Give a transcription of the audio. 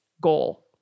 goal